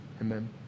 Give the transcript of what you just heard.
amen